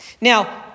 Now